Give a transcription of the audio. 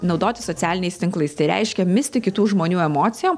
naudotis socialiniais tinklais tai reiškia misti kitų žmonių emocijom